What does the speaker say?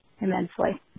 immensely